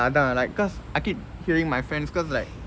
அதான்:athaan like cause I keep hearing my friends cause like